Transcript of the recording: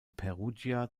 perugia